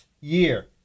year